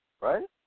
right